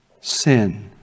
sin